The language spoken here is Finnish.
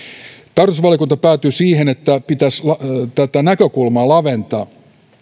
tarkastusvaliokunta päätyi siihen että pitäisi tätä näkökulmaa laventaa